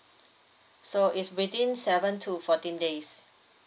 so it's within seven to fourteen days